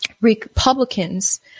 Republicans